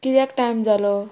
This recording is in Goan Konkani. किद्याक टायम जालो